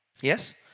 Yes